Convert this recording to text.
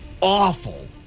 awful